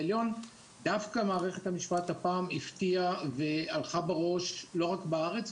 דווקא מערכת המשפט הפעם הפתיעה והלכה בראש לא רק בארץ,